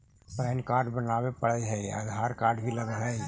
Pan card बनावे पडय है आधार कार्ड भी लगहै?